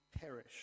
perish